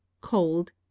cold